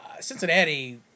cincinnati